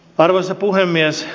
arvoisa puhemies